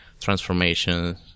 transformation